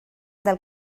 del